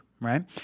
right